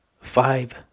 Five